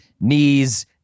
knees